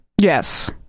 Yes